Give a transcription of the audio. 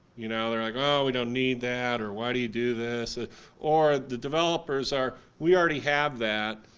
you know, they're like oh, we don't need that, or why do you do this ah or the developers are we already have that,